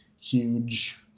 huge